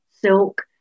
silk